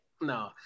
No